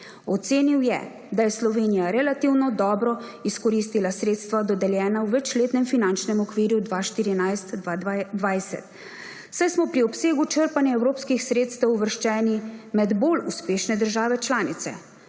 Ocenil je, da je Slovenija relativno dobro izkoristila sredstva, dodeljena v večletnem finančnem okvirju 2014–2020, saj smo pri obsegu črpanja evropskih sredstev uvrščeni med bolj uspešne države članice;